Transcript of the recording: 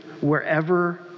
wherever